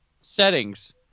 settings